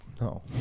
No